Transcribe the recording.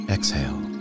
Exhale